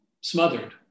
smothered